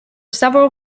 several